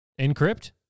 Encrypt